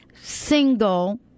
single